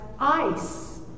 ice